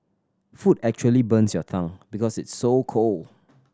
food actually burns your tongue because it's so cold